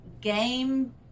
game